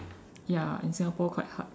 ya in Singapore quite hard